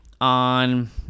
on